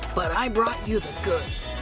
but i brought you the goods!